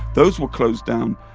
those were closed down.